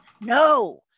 No